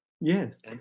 Yes